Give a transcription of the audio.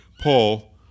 paul